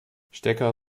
stecker